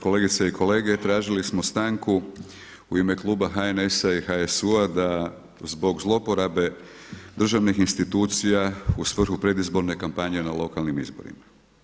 Kolegice i kolege, tražili smo stanku u ime kluba HNS-a i HSU-a zbog zlouporabe državnih institucija u svrhu predizborne kampanje na lokalnim izborima.